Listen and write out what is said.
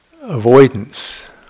avoidance